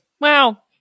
Wow